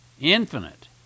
infinite